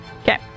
Okay